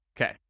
Okay